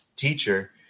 teacher